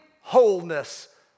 wholeness